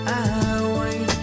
away